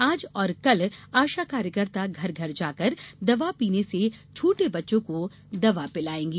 आज और कल आशा कार्यकर्ता घर घर जाकर दवा पीने से छूटे बच्चों को दवा पिलाएंगी